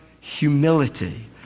humility